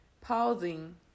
pausing